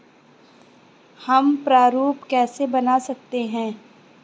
हम प्रारूप कैसे बना सकते हैं?